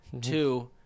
Two